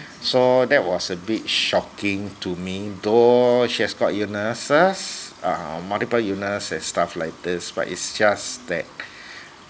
so that was a bit shocking to me though she has got illnesses uh multiple illness and stuff like this but it's just that